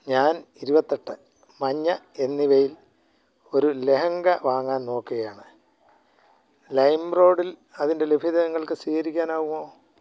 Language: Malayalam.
ഞാൻ ഇരുപത്തെട്ട് മഞ്ഞ എന്നിവയിൽ ഒരു ലെഹങ്ക വാങ്ങാൻ നോക്കുകയാണ് ലൈമ്റോഡിൽ അതിൻ്റെ ലഭ്യത നിങ്ങൾക്ക് സ്ഥിരീകരിക്കാനാകുമോ